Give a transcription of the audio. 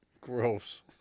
gross